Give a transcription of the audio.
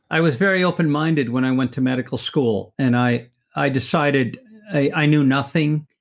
i was very open minded when i went to medical school, and i i decided i knew nothing,